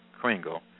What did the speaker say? Kringle